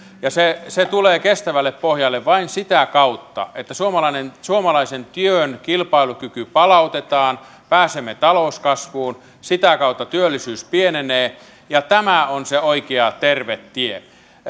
se se tulee kestävälle pohjalle vain sitä kautta että suomalaisen työn kilpailukyky palautetaan pääsemme talouskasvuun sitä kautta työllisyys pienenee ja tämä on se oikea terve tie